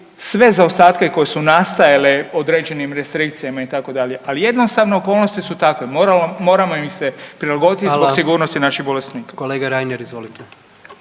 sve zaostatke koji su nastajali određenim restrikcijama itd., ali jednostavno okolnosti su takve, moramo im se prilagoditi i zbog sigurnosti naših bolesnika. **Jandroković,